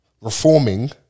reforming